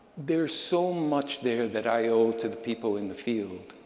there's so much there that i owe to the people in the field,